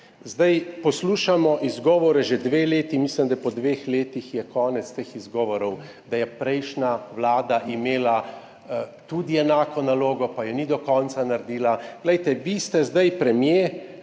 poslušamo že dve leti, mislim, da je po dveh letih konec teh izgovorov, da je prejšnja vlada imela tudi enako nalogo, pa je ni do konca naredila. Vi ste zdaj premier,